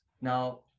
Now